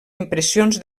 impressions